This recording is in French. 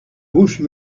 bouche